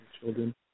children